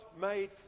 made